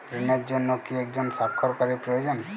ঋণের জন্য কি একজন স্বাক্ষরকারী প্রয়োজন?